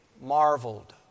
marveled